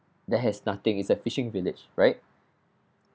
that has nothing it's a fishing village right